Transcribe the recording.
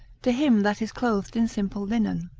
to him that is clothed in simple linen.